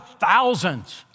thousands